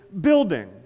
building